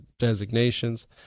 designations